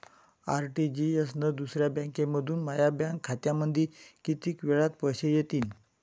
RTGS न दुसऱ्या बँकेमंधून माया बँक खात्यामंधी कितीक वेळातं पैसे येतीनं?